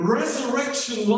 resurrection